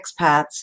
expats